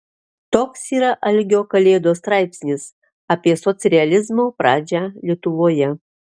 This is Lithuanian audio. toks yra algio kalėdos straipsnis apie socrealizmo pradžią lietuvoje